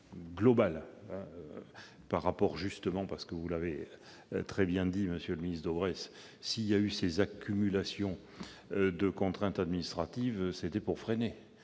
globale de l'État, car, vous l'avez très bien dit, monsieur le ministre Daubresse, s'il y a eu ces accumulations de contraintes administratives, c'était pour freiner